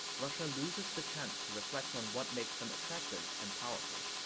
russia loses the chance to reflect on what makes them attractive and powerful.